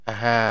Aha